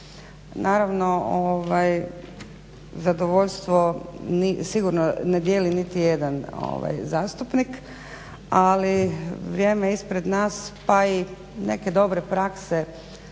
Naravno zadovoljstvo sigurno ne dijeli niti jedan zastupnik, ali vrijeme ispred nas pa i neke dobre prakse